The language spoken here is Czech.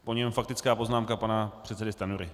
Po něm faktická poznámka pana předsedy Stanjury.